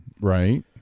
Right